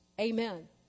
Amen